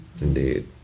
indeed